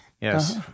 Yes